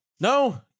No